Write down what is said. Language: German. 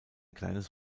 kleines